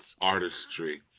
artistry